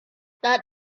that